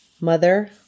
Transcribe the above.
Mother